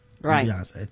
right